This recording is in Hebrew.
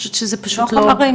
לא שלחנו חומרים,